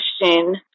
question